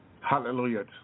Hallelujah